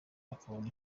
bakabona